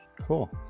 Cool